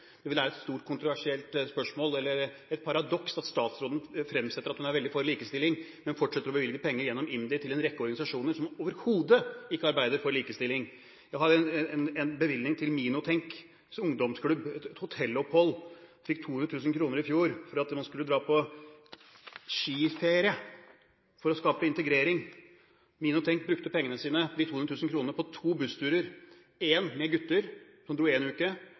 Det er et stort kontroversielt spørsmål, eller paradoks, at statsråden fremsetter at hun er veldig for likestilling, men fortsetter å bevilge penger gjennom IMDi til en rekke organisasjoner som overhodet ikke arbeider for likestilling. I fjor fikk Minotenks ungdomsklubb bevilgning til et hotellopphold; de fikk 200 000 kr for at man skulle dra på skiferie for å skape integrering. Minotenk brukte pengene sine, de 200 000 kronene, på to bussturer – én med gutter, som dro en uke,